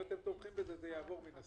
אם אתם תומכים בזה, זה יעבור, מן הסתם.